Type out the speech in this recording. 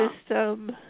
system